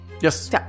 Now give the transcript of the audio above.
Yes